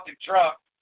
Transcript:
truck